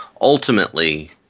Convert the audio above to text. ultimately